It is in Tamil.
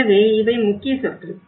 எனவே இவை முக்கிய சொற்கள்